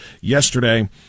yesterday